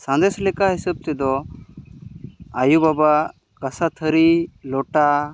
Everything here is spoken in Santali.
ᱥᱟᱸᱫᱮᱥ ᱞᱮᱠᱟ ᱦᱤᱥᱟᱹᱵ ᱛᱮᱫᱚ ᱟᱭᱳᱼᱵᱟᱵᱟ ᱠᱟᱥᱟ ᱛᱷᱟᱹᱨᱤ ᱞᱚᱴᱟ